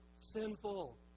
Sinful